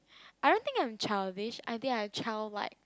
I don't think I am childish I think I am childlike